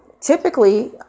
typically